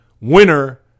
winner